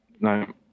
No